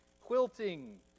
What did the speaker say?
quilting